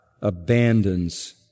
abandons